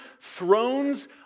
thrones